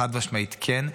חד-משמעית כן,